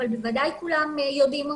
אבל בוודאי כולם יודעים אותן.